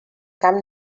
camp